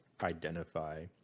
identify